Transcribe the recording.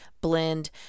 blend